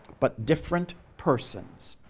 but different persons.